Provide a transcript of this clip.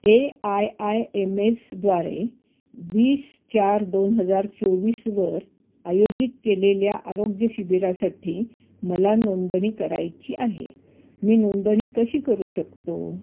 A I I M S द्वारे वीस चार दोन हजार चोवीसवर आयोजित केलेल्या आरोग्यशिबिरासाठी मला नोंदणी करायची आहे मी नोंदणी कशी करू शकतो